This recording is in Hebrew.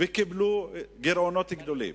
וקיבלו גירעונות גדולים.